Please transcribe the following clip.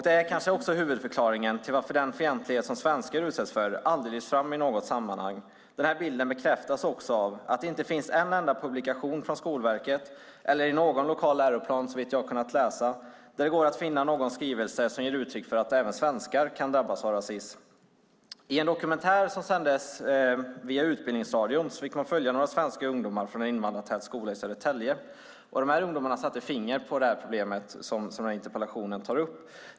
Det är kanske huvudförklaringen till varför den fientlighet som svenskar utsätts för aldrig lyfts fram i något sammanhang. Den här bilden bekräftas också av att det inte finns en enda publikation från Skolverket eller någon lokal läroplan där det, såvitt jag kunnat läsa, går att finna någon skrivning som ger uttryck för att även svenskar kan drabbas av rasism. I en dokumentär som sändes i Utbildningsradion fick man följa några svenska ungdomar från en invandrartät skola i Södertälje. De här ungdomarna satte fingret på det problem som den här interpellationen tar upp.